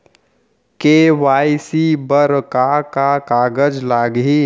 KYC बर का का कागज लागही?